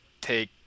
take